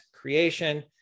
creation